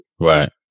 Right